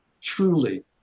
truly